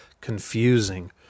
confusing